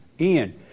Ian